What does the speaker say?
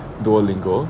duolingo